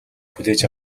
хүлээж